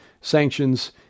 sanctions